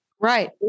Right